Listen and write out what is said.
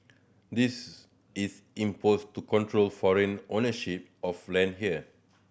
this is imposed to control foreign ownership of land here